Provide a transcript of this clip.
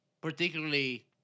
particularly